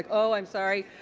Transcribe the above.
oh, i'm sorry?